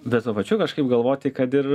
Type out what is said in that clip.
bet tuo pačiu kažkaip galvoti kad ir